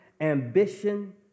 ambition